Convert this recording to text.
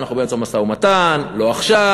אנחנו באמצע משא-ומתן, לא עכשיו.